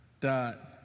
dot